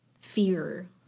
fear